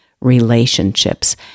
relationships